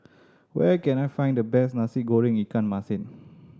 where can I find the best Nasi Goreng ikan masin